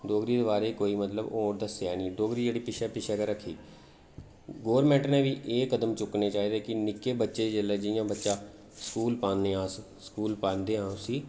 डोगरी दे बारे च मतलब ओह् दस्सेआ निं डोगरी जेह्ड़ी पिच्छें पिच्छें गै रक्खी गौरमेंट नै बी एह् कदम चुक्कने चाहिदे कि निक्के बच्चे जेल्लै जि'यां बच्चा निक्का स्कूल पान्ने अस स्कूल पांदे आं उसी